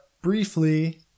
briefly